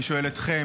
אני שואל אתכם,